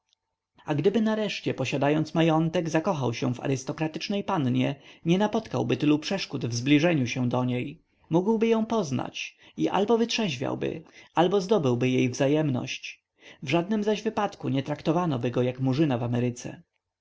a gdyby nareszcie posiadając majątek zakochał się w arystokratycznej pannie nie napotkałby tylu przeszkód w zbliżeniu się do niej mógłby ją poznać i albo wytrzeźwiałby albo zdobyłby jej wzajemność w żadnym zaś wypadku nie traktowanoby go jak murzyna w ameryce